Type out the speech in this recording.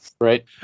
Right